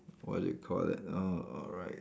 what do you call that uh alright